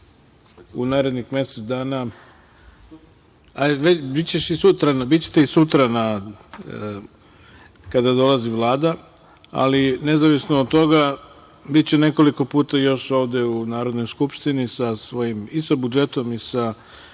u narednih mesec dana. Bićete i sutra kada dolazi i Vlada, ali nezavisno od toga, biće nekoliko puta još ovde u Narodnoj skupštini i sa budžetom i sa